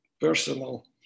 personal